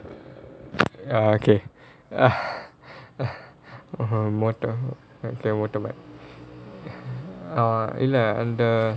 err okay motor the motorbike err இல்ல அந்த:illa antha